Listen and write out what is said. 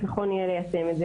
איך נכון יהיה ליישם את זה,